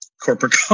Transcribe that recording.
corporate